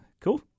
cool